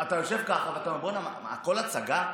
אתה יושב ככה ואתה אומר: מה, הכול הצגה?